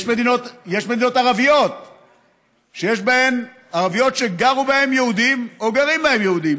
יש מדינות ערביות שגרו בהן יהודים או גרים בהן יהודים,